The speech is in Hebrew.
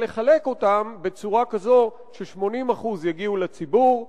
לחלק אותם בצורה כזאת ש-80% יגיעו לציבור,